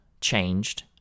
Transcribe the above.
changed